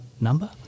number